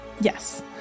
yes